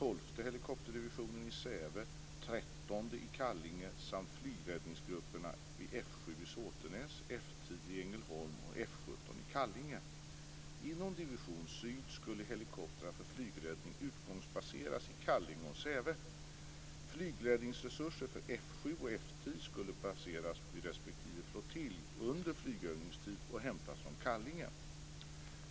Flygräddningsresurser för F 7 och F 10 skulle baseras vid respektive flottilj under flygövningstid och hämtas från Kallinge.